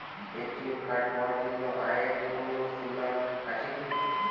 ATM card পাওয়ার জন্য আয়ের কোনো সীমা আছে কি?